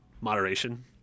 moderation